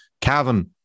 Cavan